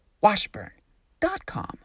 Washburn.com